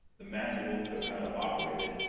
the manual to how to operate it.